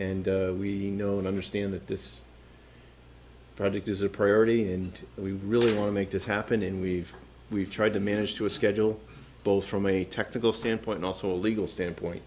we know and understand that this project is a priority and we really want to make this happen and we've we've tried to manage to a schedule both from a technical standpoint also a legal standpoint